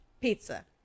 Pizza